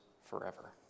forever